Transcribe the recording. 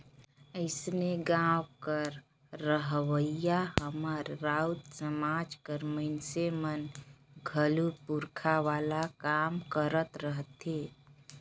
अइसने गाँव कर रहोइया हमर राउत समाज कर मइनसे मन घलो पूरखा वाला काम करत रहथें